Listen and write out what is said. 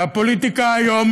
והפוליטיקה היום